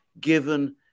given